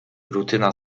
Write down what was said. rutyna